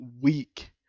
weak